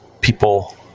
people